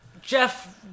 jeff